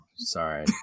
Sorry